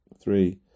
Three